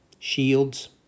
shields